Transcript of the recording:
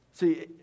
See